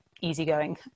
easygoing